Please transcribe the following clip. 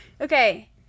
Okay